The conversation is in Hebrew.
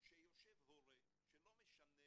שיושב הורה שלא משנה